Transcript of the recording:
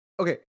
Okay